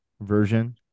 version